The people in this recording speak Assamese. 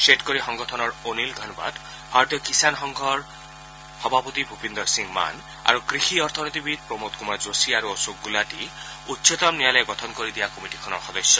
ধেটকৰী সংগঠনৰ অনিল ঘনবট ভাৰতীয় কিষান সংঘৰ সভাপতি ভুপিন্দৰ সিং মান আৰু কৃষি অথনীতিবিদ প্ৰমোদ কমাৰ যোশী আৰু অশোক গুলাটী উচ্চতম ন্যায়ালয়ে গঠন কৰি দিয়া কমিটিখনৰ সদস্য